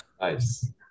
Nice